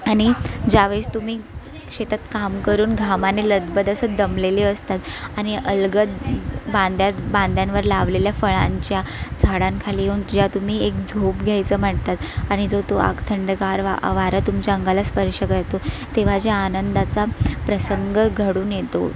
आणि ज्यावेळेस तुम्ही शेतात काम करून घामाने लदबद असं दमलेले असतात आणि अलगद बांधात बांधांवर लावलेल्या फळांच्या झाडांखाली येऊन जेव्हा तुम्ही एक झोप घ्यायचं म्हणता आणि जो तो एक थंडगार वा वारा तुमच्या अंगाला स्पर्श करतो तेव्हा जे आनंदाचा प्रसंग घडून येतो